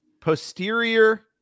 posterior